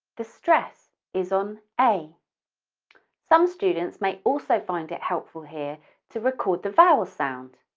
the stress is on a some students may also find it helpful here to record the vowel sound